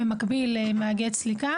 במקביל מאגד סליקה